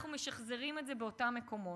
אנחנו משחזרים את זה באותם מקומות.